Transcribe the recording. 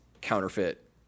counterfeit